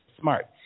smart